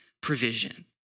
provision